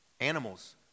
Animals